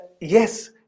yes